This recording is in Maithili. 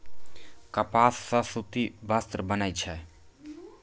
कपास सॅ सूती वस्त्र बनै छै